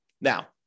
Now